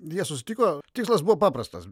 jie susitiko tikslas buvo paprastas